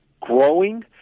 growing